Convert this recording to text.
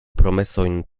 promesojn